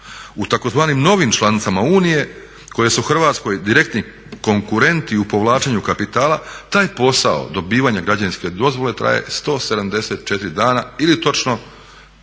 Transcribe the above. U tzv. novim članicama Unije koje su Hrvatskoj direktni konkurent i u povlačenju kapitala taj posao dobivanja građevinske dozvole traje 174 dana ili točno